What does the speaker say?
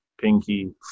Pinky